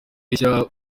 rishya